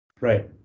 right